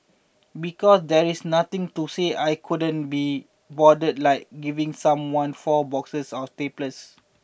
because there is nothing to says I couldn't be bothered like giving someone four boxes of staples